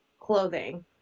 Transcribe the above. clothing